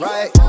Right